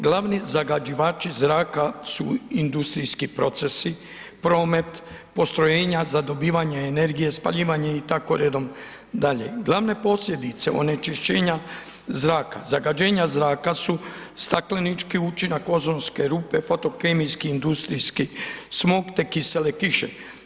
Glavni zagađivači zraka su industrijski procesi, promet, postrojenja za dobivanje energije, spaljivanje i tako redom dalje, glavne posljedice onečišćenja zraka, zagađenja zraka su staklenički učinak, ozonske rupe, fotokemijski industrijski smog, te kisele kiše.